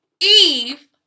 Eve